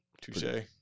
Touche